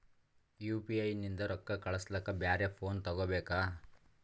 UPI ನಿಂದ ರೊಕ್ಕ ಕಳಸ್ಲಕ ಬ್ಯಾರೆ ಫೋನ ತೋಗೊಬೇಕ?